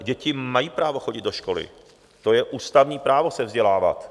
Děti mají právo chodit do školy, to je ústavní právo se vzdělávat.